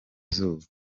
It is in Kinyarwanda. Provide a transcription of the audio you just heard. izuba